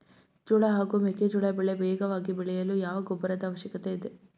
ಜೋಳ ಹಾಗೂ ಮೆಕ್ಕೆಜೋಳ ಬೆಳೆ ವೇಗವಾಗಿ ಬೆಳೆಯಲು ಯಾವ ಗೊಬ್ಬರದ ಅವಶ್ಯಕತೆ ಇದೆ?